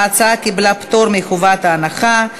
ההצעה קיבלה פטור מחובת הנחה.